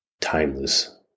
timeless